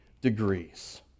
degrees